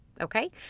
okay